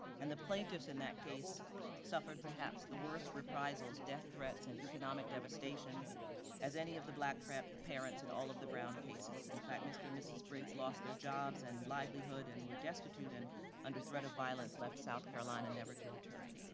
and the plaintiffs in that case suffered perhaps the worst reprisals, death threats and economic devastation as any of the black parents in all of the brown cases. in fact, mr. and mrs. briggs lost their jobs and livelihood and were destitute and under threat of violence, left south carolina never to return.